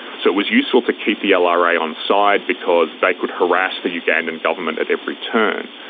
so it was useful to keep the lra onside because they could harass the ugandan government at every turn.